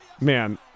Man